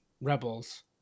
rebels